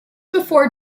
before